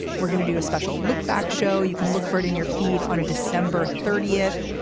we're going to do a special look back show. you can look for it in your feed on december thirtieth.